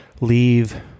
leave